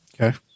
Okay